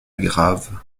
grave